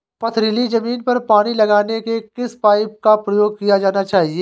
पथरीली ज़मीन पर पानी लगाने के किस पाइप का प्रयोग किया जाना चाहिए?